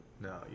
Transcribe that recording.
no